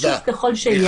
חשוב ככל שיהיה -- תודה.